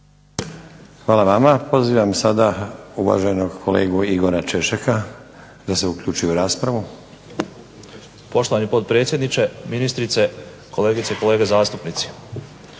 Hvala vama. Pozivam sada uvaženog kolegu Igora Češeka da se uključi u raspravu. **Češek, Igor (HDSSB)** Poštovani potpredsjedniče, ministrice, kolegice i kolege zastupnici.